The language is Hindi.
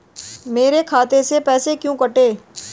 मेरे खाते से पैसे क्यों कटे?